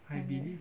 mmhmm